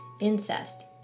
incest